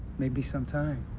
may be some time.